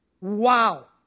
wow